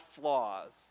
flaws